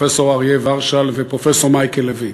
פרופסור אריה ורשל ופרופסור מייקל לויט.